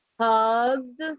hugged